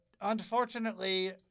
unfortunately